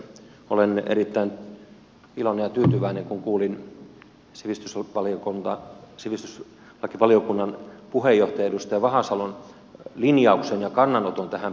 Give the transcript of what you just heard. olen erittäin iloinen ja tyytyväinen kun kuulin sivistysvaliokunnan puheenjohtaja edustaja vahasalon linjauksen ja kannanoton tähän perustuslakikysymykseen